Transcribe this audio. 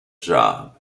job